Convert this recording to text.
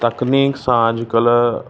तकनीक सां अॼकल्ह